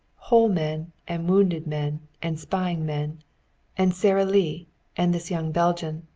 whole men and wounded men and spying men and sara lee and this young belgian,